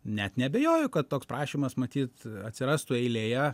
net neabejoju kad toks prašymas matyt atsirastų eilėje